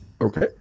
Okay